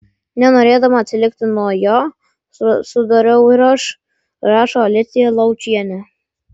nenorėdama atsilikti nuo jo sudariau ir aš rašo alicija laučienė